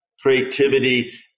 Creativity